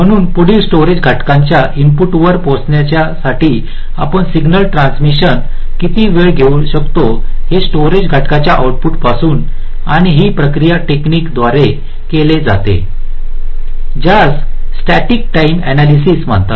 म्हणून पुढील स्टोरेज घटकाच्या इनपुट वर पोहोचण्यासाठी आपण सिग्नल ट्रांसीशन्सस किती वेळ घेऊ शकता हे स्टोरेज घटकाच्या आउटपुटपासून आणि ही प्रक्रिया टेकनिक द्वारे केली जाते ज्यास स्टॅटिक टाइम अनालयसिस म्हणतात